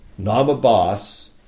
Namabas